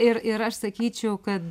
ir ir aš sakyčiau kad